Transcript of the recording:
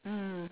mm